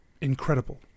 incredible